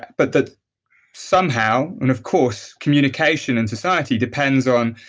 but that somehow. and of course, communication in society depends on,